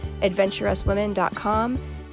adventurouswomen.com